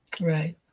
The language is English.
Right